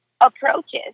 approaches